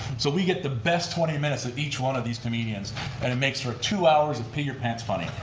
so we get the best twenty minutes of each one of these comedians and it makes for two hours of pee your pants funny.